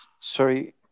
sorry